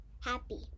Happy